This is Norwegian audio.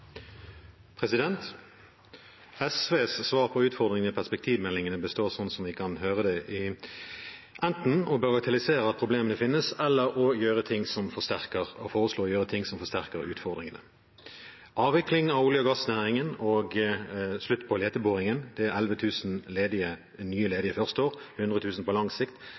SVs svar på utfordringene i perspektivmeldingen består av, sånn som vi kan høre det, enten å bagatellisere at problemene finnes, eller å foreslå å gjøre ting som forsterker utfordringene: Avvikling av olje- og gassnæringen og slutt på leteboringen – det er 11 000 nye ledige første år, 100 000 på lang sikt.